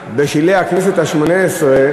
בשלהי הכנסת השמונה-עשרה,